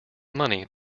money